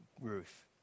Ruth